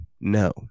no